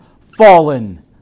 fallen